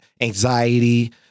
anxiety